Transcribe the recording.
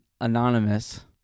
anonymous